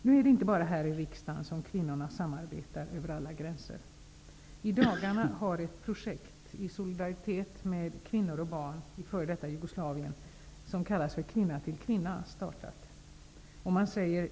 Nu är det inte bara här i riksdagen som kvinnorna samarbetar över alla gränser. I dagarna har ett projekt i solidaritet med kvinnor och barn i det f.d. Jugoslavien kallat ''Kvinna till kvinna'' startat.